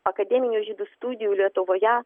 akademinių žydų studijų lietuvoje